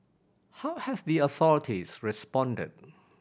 how have the authorities responded